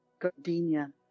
gardenia